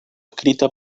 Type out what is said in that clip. escrita